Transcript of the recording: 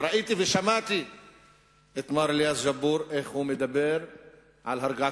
ראיתי ושמעתי את מר אליאס ג'אבור איך הוא מדבר על הרגעת